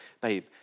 Babe